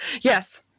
Yes